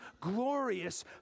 glorious